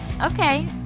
Okay